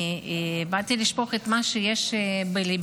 אני באתי לשפוך את מה שיש בליבי.